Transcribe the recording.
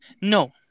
No